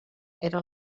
era